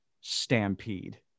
stampede